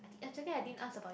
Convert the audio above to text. actually I didn't ask about your